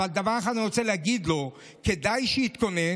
אבל דבר אחד אני רוצה להגיד לו: כדאי שיתכונן,